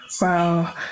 Wow